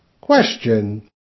Question